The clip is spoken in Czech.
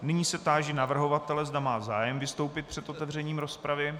Nyní se táži navrhovatele, zda má zájem vystoupit před otevřením rozpravy.